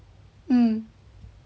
mm